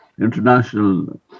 international